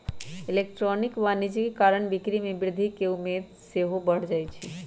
electronic वाणिज्य कारण बिक्री में वृद्धि केँ उम्मेद सेहो बढ़ जाइ छइ